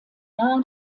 nahe